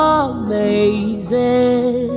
amazing